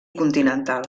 continental